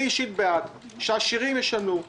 אני אישית בעד שהעשירים ישלמו.